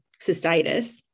cystitis